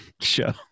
show